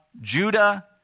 Judah